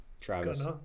Travis